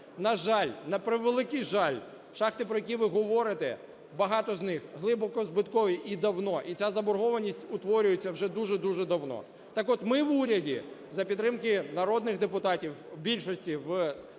На жаль, на превеликий жаль, шахти, про які ви говорите, багато з них глибоко збиткові, і давно, і ця заборгованість утворюється вже дуже-дуже давно. Так от, ми в уряді за підтримки народних депутатів, більшості в